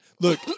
Look